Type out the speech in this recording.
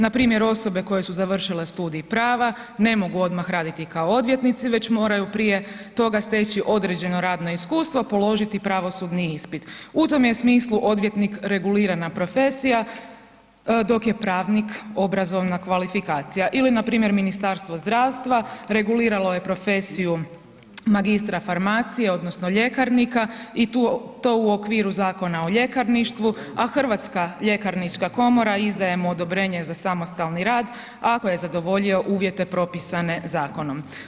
Npr. osobe koje su završile studij prava ne mogu odmah raditi kao odvjetnici, već moraju prije toga steći određeno radno iskustvo, položiti pravosudni ispit, u tom je smislu odvjetnik regulirana profesija, dok je pravnik obrazovna kvalifikacija ili npr. Ministarstvo zdravstva, reguliralo je profesiju magistra farmacije odnosno ljekarnika i to u okviru Zakona o ljekarništvu, a Hrvatska ljekarnička komora izdaje mu odobrenje za samostalni rad ako je zadovoljio uvjete propisane zakonom.